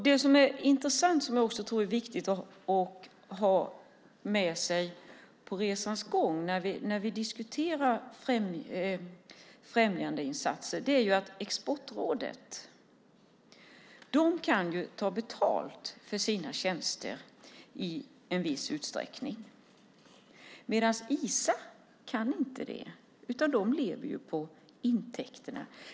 Det som är intressant och som jag tror är viktigt att ha med sig under resans gång när vi diskuterar främjandeinsatser är att Exportrådet i viss utsträckning kan ta betalt för sina tjänster medan Isa inte kan det. De lever på intäkterna.